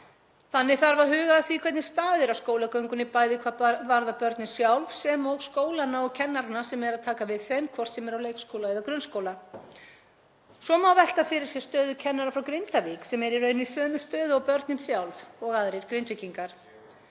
Þannig þarf að huga að því hvernig staðið er að skólagöngunni, bæði hvað varðar börnin sjálf sem og skólana og kennarana sem eru að taka við þeim, hvort sem er á leikskóla eða grunnskóla. Svo má velta fyrir sér stöðu kennara frá Grindavík sem eru í raun í sömu stöðu og börnin sjálf og aðrir Grindvíkingar.